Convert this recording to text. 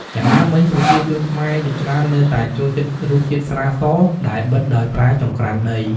យ៉ាងណាមិញ ប្រជាជនខ្មែរជាច្រើននៅតែចូលចិត្តរសជាតិស្រាស ដែលបិតដោយប្រើចង្រ្កានដី។